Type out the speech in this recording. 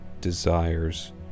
desires